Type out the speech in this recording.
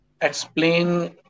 explain